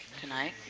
tonight